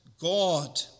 God